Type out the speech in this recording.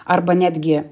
arba netgi